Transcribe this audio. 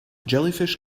jellyfish